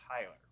tyler